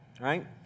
right